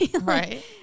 Right